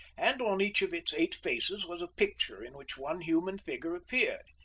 and on each of its eight faces was a picture in which one human figure appeared.